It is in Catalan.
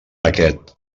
aquest